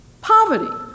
poverty